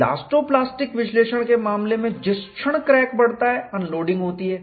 elasto plastic विश्लेषण के मामले में जिस क्षण क्रैक बढ़ता है अनलोडिंग होती है